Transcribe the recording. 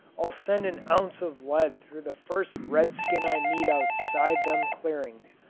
i'll send an ounce of lead through the first red-skin i meet outside them clearings.